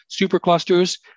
superclusters